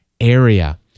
area